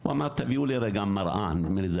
הוא אמר, "תביאו לי רגע מראה כדי לראות אם יש